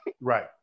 right